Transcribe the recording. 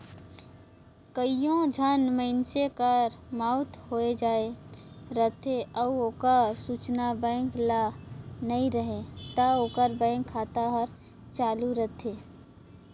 कइयो झन मइनसे कर मउत होए जाए रहथे अउ ओकर सूचना बेंक ल नी रहें ता ओकर बेंक खाता हर चालू रहथे